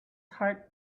heart